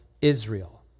Israel